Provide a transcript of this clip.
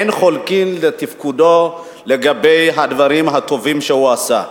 אין חולקים על תפקודו לגבי הדברים הטובים שהוא עשה.